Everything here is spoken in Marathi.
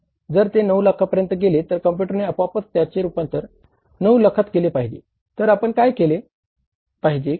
जर ते 9 लाखांपर्यंत गेले तर कॉम्पुयटरने आपोआपच त्याचे रूपांतर 9 लाखात केले पाहिजे तर आपण काय केले पाहिजे